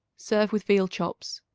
serve with veal chops.